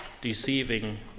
deceiving